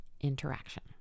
Interaction